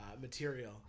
material